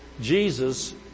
Jesus